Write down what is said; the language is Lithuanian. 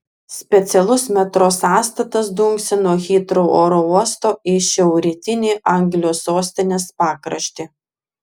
specialus metro sąstatas dunksi nuo hitrou oro uosto į šiaurrytinį anglijos sostinės pakraštį